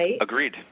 Agreed